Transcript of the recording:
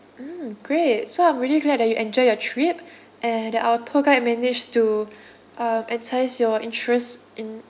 mm great so I'm really glad that you enjoy your trip and that our tour guide managed to um entice your interest in